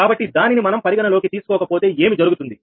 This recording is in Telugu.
కాబట్టి దానిని మనం పరిగణనలోకి తీసుకోకపోతే ఏమి జరుగుతుంది